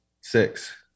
Six